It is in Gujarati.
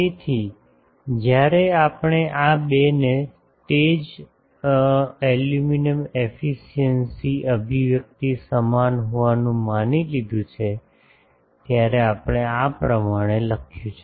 તેથી જ્યારે આપણે આ બેને તે જ એલ્યુમિનેશન એફિસિએંસી અભિવ્યક્તિ સમાન હોવાનું માની લીધું છે આપણે આ પ્રમાણે લખ્યું છે